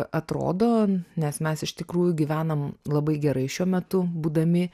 atrodo nes mes iš tikrųjų gyvenam labai gerai šiuo metu būdami